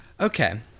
Okay